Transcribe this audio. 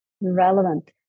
relevant